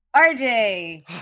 RJ